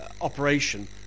operation